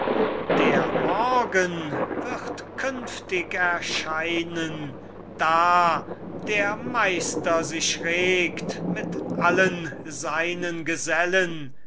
der morgen wird künftig erscheinen da der meister sich regt mit allen seinen gesellen